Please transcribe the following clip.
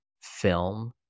film